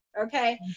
Okay